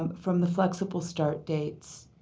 um from the flexible start dates,